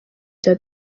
bya